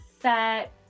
set